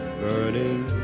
burning